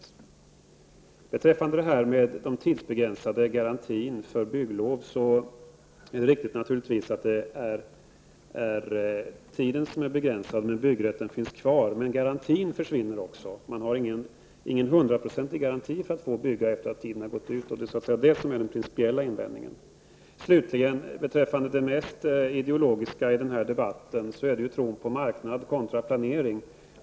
Så något om den tidsbegränsade garantin för bygglov. Det är riktigt att tiden är begränsad. Byggrätten finns emellertid kvar. Däremot försvinner garantin. Det finns ingen hundraprocentig garanti för att man får bygga när tiden har gått ut. Det är detta som vår principiella invändning gäller. Slutligen: Det mest ideologiska i den här debatten handlar om tron på marknaden kontra planeringen.